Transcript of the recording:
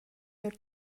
jeu